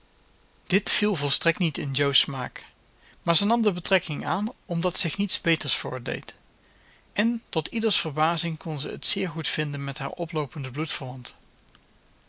dit viel volstrekt niet in jo's smaak maar ze nam de betrekking aan omdat zich niets beters voordeed en tot ieders verbazing kon ze het zeer goed vinden met haar oploopende